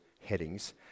headings